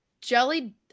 Jelly